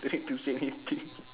don't need to say anything